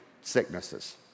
sicknesses